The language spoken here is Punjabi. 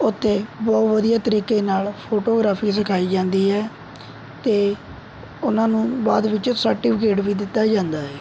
ਉਥੇ ਬਹੁਤ ਵਧੀਆ ਤਰੀਕੇ ਨਾਲ਼ ਫੋਟੋਗ੍ਰਾਫੀ ਸਿਖਾਈ ਜਾਂਦੀ ਹੈ ਅਤੇ ਉਹਨਾਂ ਨੂੰ ਬਾਅਦ ਵਿੱਚ ਸਰਟੀਫਿਕੇਟ ਵੀ ਦਿੱਤਾ ਜਾਂਦਾ ਹੈ